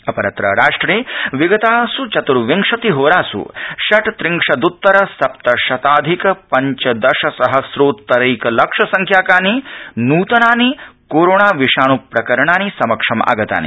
अपरत्र राष्ट्रे विगतासू चतुर्विशतिहोरासू षट्रिंशदत्तर सप्तशताधिक पंचदश सहस्रोत्तरैकलक्ष संख्याकानि नुतनानि विषाणो प्रकरणानि समक्षम् आगतानि